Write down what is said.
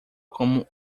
como